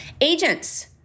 Agents